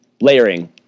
layering